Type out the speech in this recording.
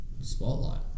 spotlight